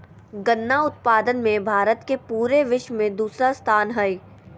गन्ना उत्पादन मे भारत के पूरे विश्व मे दूसरा स्थान हय